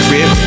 Rip